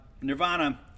Nirvana